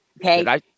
Okay